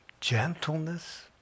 gentleness